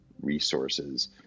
resources